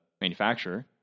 manufacturer